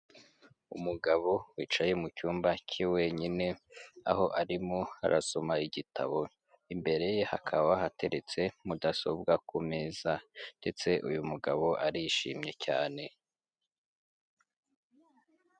Umugabo wicaye mu cyumba cye wenyine, aho arimo arasoma igitabo, imbere ye hakaba hateretse mudasobwa ku meza ndetse uyu mugabo arishimye cyane.